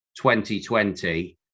2020